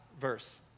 verse